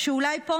שאולי פה,